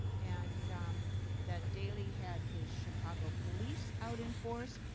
and that daley had his chicago police out in force.